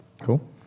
cool